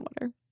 water